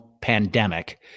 pandemic